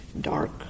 dark